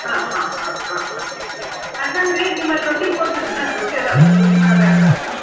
ಆಂ ಹಾಂ ಆಂ ಹಾಂ ಹಾಂ ಅದು ನಂಗೆ ರೀ ನಿಮ್ಮಲ್ಲಿ ರೊಟ್ಟೀನ ಕೊಡ್ತೀರೇನು ರೊಟ್ಟಿ ಇದಾವನ್ರೀ ರೊಟ್ಟಿ ಮಾಡೋರು ಯಾರು ಇದಾರೇನು